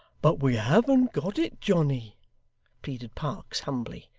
but we haven't got it, johnny pleaded parkes, humbly.